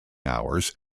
hours